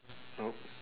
no